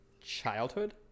childhood